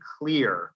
clear